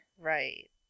Right